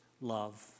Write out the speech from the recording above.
love